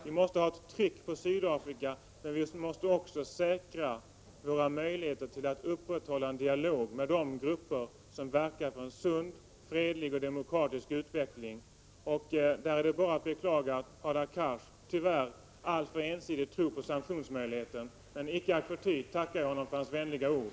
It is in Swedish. Vi måste ha ett tryck på Sydafrika, men vi måste säkra våra möjligheter att upprätthålla en dialog med de grupper som verkar för en sund, fredlig och demokratisk utveckling. Det är bara att beklaga att Hadar Cars tyvärr alltför ensidigt tror på sanktionsmöjligheten. Icke förty tackar jag honom för hans vänliga ord.